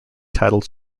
title